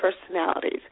personalities